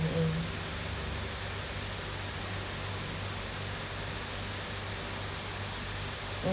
mm mm mm